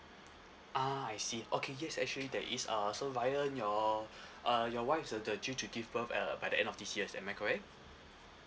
ah I see okay yes actually there is uh so ryan your uh your wife is uh the due to give birth err by the end of this year am I correct